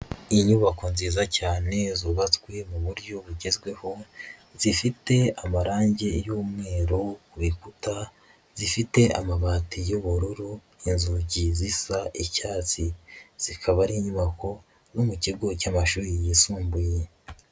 Inyubako nziza cyane zubatswe mu buryo bugezweho, zifite amarangi y'umweru ku bikuta, zifite amabati y'ubururu, inzugi zisa icyatsi, zikaba ari inyubako zo mu kigo cy'amashuri yisumbuye.